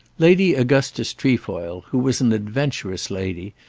lady augustus trefoil, who was an adventurous lady,